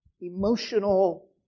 Emotional